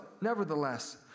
nevertheless